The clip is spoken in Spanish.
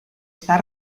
está